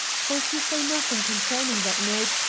so, if you say nothing concerning that note,